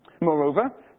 Moreover